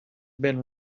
been